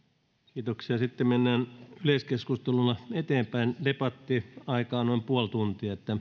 kiitoksia ja sitten mennään yleiskeskusteluna eteenpäin debattiaikaa noin puoli tuntia